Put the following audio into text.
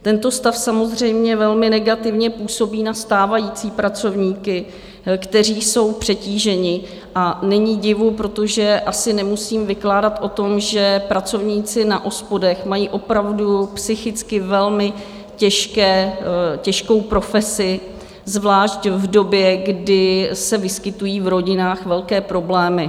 Tento stav samozřejmě velmi negativně působí na stávající pracovníky, kteří jsou přetíženi, a není divu, protože asi nemusím vykládat o tom, že pracovníci na OSPODech mají opravdu psychicky velmi těžkou profesi, zvlášť v době, kdy se vyskytují v rodinách velké problémy.